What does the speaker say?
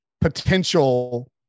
potential